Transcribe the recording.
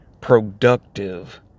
productive